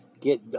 get